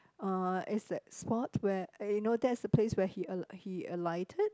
uh it's that spot where eh you know that's the place where he al~ he alighted